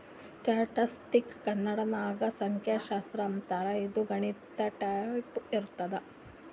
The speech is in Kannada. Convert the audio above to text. ಸ್ಟ್ಯಾಟಿಸ್ಟಿಕ್ಸ್ಗ ಕನ್ನಡ ನಾಗ್ ಸಂಖ್ಯಾಶಾಸ್ತ್ರ ಅಂತಾರ್ ಇದು ಗಣಿತ ಟೈಪೆ ಇರ್ತುದ್